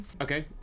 Okay